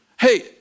Hey